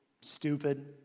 stupid